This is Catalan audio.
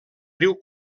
riu